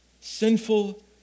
Sinful